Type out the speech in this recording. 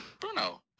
Bruno